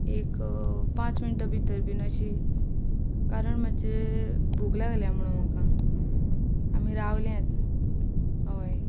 एक पांच मिण्टां भितर बीन अशी कारण मातशे भुक लागल्या म्हणून म्हाका आमी रावल्यात अय